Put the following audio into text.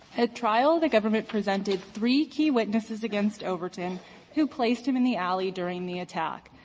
at trial the government presented three key witnesses against overton who placed him in the alley during the attack.